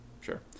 Sure